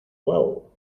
uau